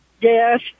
yes